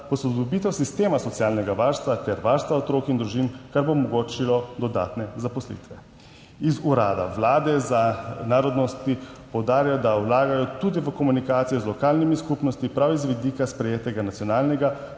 posodobitev sistema socialnega varstva ter varstva otrok in družin, kar bo omogočilo dodatne zaposlitve. Iz Urada vlade za narodnosti poudarjajo, da vlagajo tudi v komunikacijo z lokalnimi skupnostmi, prav z vidika sprejetega nacionalnega